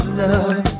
love